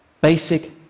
Basic